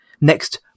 next